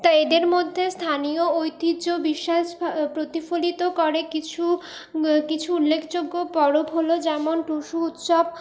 তা এদের মধ্যে স্থানীয় ঐতিহ্য বিশ্বাসভা প্রতিফলিত করে কিছু কিছু উল্লেখযোগ্য পরব হলো যেমন টুসু উৎসব